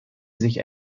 sich